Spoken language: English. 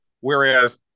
Whereas